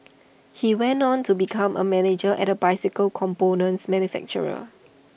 he went on to become A manager at A bicycle components manufacturer